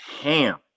ham